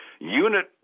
unit